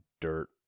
dirt